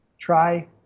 Try